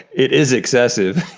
it is excessive.